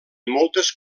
moltes